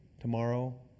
tomorrow